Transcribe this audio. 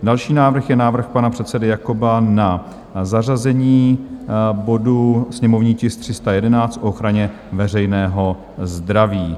Další návrh je návrh pana předsedy Jakoba na zařazení bodu, sněmovní tisk 311, o ochraně veřejného zdraví.